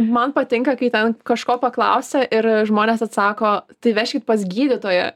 man patinka kai ten kažko paklausia ir žmonės atsako tai vežkit pas gydytoją